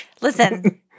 Listen